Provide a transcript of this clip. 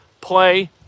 play